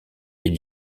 est